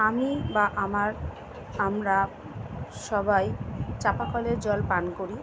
আমি বা আমার আমরা সবাই চাপা কলের জল পান করি